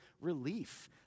relief